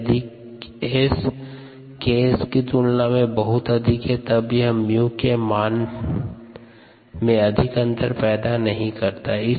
यदि S Ks की तुलना में बहुत अधिक है तब यह 𝜇 के मान में अधिक अंतर पैदा नहीं करता है